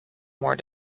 more